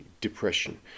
depression